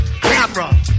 Camera